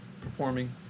performing